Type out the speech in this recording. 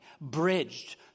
Bridged